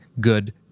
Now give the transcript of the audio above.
good